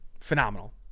phenomenal